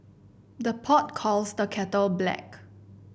the pot calls the kettle black